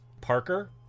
Parker